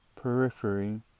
periphery